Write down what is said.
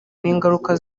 n’ingaruka